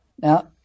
Now